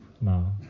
No